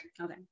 okay